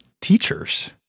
teachers